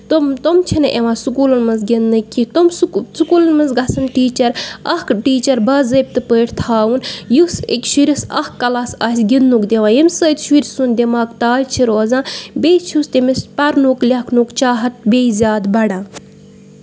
تٕمۍ تِم چھِ نہٕ یِوان سکوٗلن منٛز گِندنہٕ کیٚنہہ تِم سکوٗلن منٛز گژھان ٹیٖچر اکھ ٹیٖچر بازٲبتہٕ پٲٹھۍ تھاوُن یُس شُرِس اکھ کلاس آسہِ گندٕنُک دِوان ییٚمہِ سۭتۍ شُرۍ سُند دٮ۪ماغ تازٕ چھُ روزان بیٚیہِ چھُ تٔمِس پَرنُک لٮ۪کھنُک چاہتھ بیٚیہِ زیادٕ بڑان